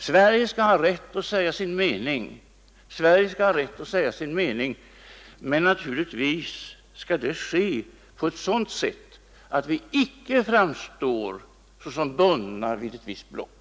Sverige skall ha rätt att säga sin mening, men naturligtvis skall det ske på ett sådant sätt att vi icke framstår såsom bundna vid ett visst block.